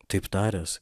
taip taręs